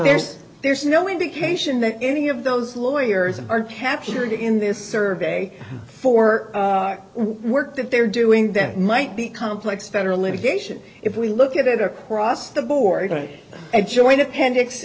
there's there's no indication that any of those lawyers are captured in this survey for work that they're doing that might be complex federal litigation if we look at it across the board today a joint appendix